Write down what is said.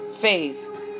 Faith